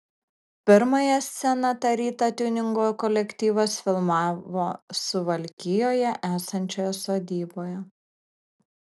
pirmąją sceną tą rytą tiuningo kolektyvas filmavo suvalkijoje esančioje sodyboje